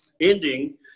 Ending